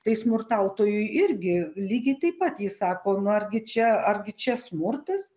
tai smurtautojui irgi lygiai taip pat jis sako na argi čia argi čia smurtas